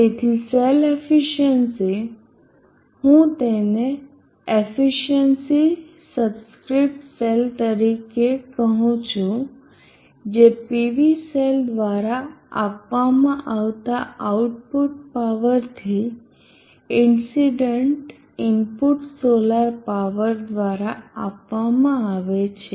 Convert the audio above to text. તેથી cell efficiency હું તેને એફિસિયન્સી સબસ્ક્રિપ્ટ સેલ તરીકે કહું છું જે PV સેલ દ્વારા આપવામાં આવતા આઉટપુટ પાવર થી ઇન્સીડન્ટ ઇનપુટ સોલર પાવર દ્વારા આપવામાં આવે છે